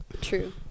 True